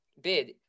bid